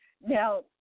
Now